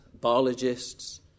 biologists